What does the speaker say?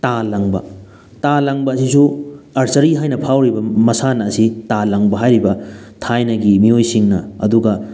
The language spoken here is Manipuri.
ꯇꯥ ꯂꯪꯕ ꯇꯥ ꯂꯪꯕ ꯑꯁꯤꯁꯨ ꯑꯥꯔꯆꯔꯤ ꯍꯥꯏꯅ ꯐꯥꯎꯔꯤꯕ ꯃꯁꯥꯟꯅ ꯑꯁꯤ ꯇꯥ ꯂꯪꯕ ꯍꯥꯏꯔꯤꯕ ꯊꯥꯏꯅꯒꯤ ꯃꯤꯑꯣꯏꯁꯤꯡꯅ ꯑꯗꯨꯒ